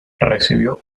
recibió